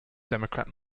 democrat